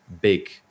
big